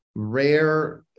rare